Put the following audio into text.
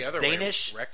Danish